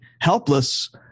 helpless